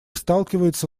сталкивается